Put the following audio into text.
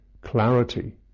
clarity